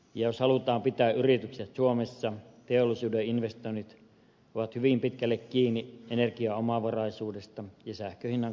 jos halutaan pitää yritykset suomessa teollisuuden investoinnit ovat hyvin pitkälle kiinni energiaomavaraisuudesta ja sähkön kohtuuhintaisuudesta teollisuudelle